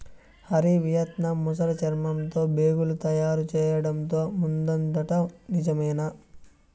Hari, Vietnam ముసలి చర్మంతో బేగులు తయారు చేయడంతో ముందుందట నిజమేనా